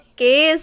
Okay